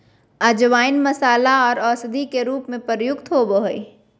अजवाइन मसाला आर औषधि के रूप में प्रयुक्त होबय हइ